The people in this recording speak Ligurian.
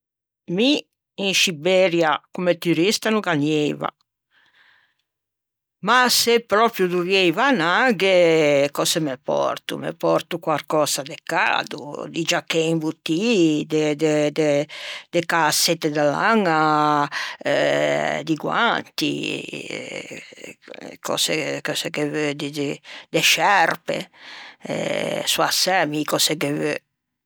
Mi in Sciberia comme turista no gh'anieiva, ma se pròprio dovieiva anâghe, cöse me pòrto? Me pòrto quarcösa de cado, di giachê imbottii, de de de cäsette de laña eh di guanti, cöse cöse ghe veu di di de scerpe, sò assæ mi cöse ghe veu.